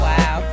Wow